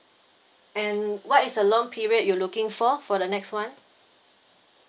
and what is the long period you looking for for the next [one]